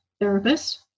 therapist